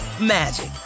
magic